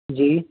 जी